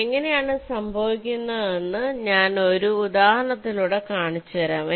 അത് എങ്ങനെയാണ് സംഭവിക്കുന്നതെന്ന് ഞാൻ ഒരു ഉദാഹരണത്തിലൂടെ കാണിച്ചുതരാം